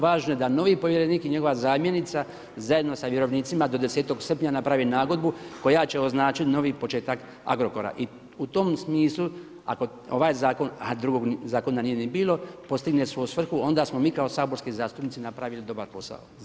Važno je da novi povjerenik i njegova zamjenica, zajedno sa vjerovnicima do 10. srpnja naprave nagodbu koja će označit novi početak Agrokora i u tom smislu, ako ovaj zakon, a drugog zakona nije ni bilo, postigne svoju svrhu, onda smo mi kao saborski zastupnici napravili dobar posao.